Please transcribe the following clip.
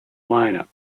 lineup